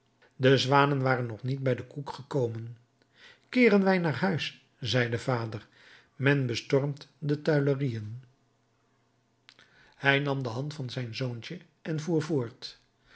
de zwanen waren nog niet bij den koek gekomen keeren wij naar huis zei de vader men bestormt de tuilerieën hij nam de hand van zijn zoontje en voer voort